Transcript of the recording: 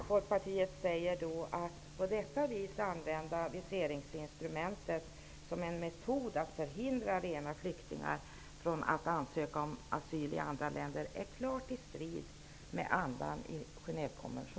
Folkpartiet säger då: Att på detta vis använda viseringsinstrumentet som en metod att förhindra rena flyktingar från att ansöka om asyl i andra länder är klart i strid med andan i